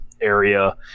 area